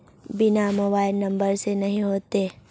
बिना mobile number से नहीं होते?